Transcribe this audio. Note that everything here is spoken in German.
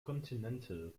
continental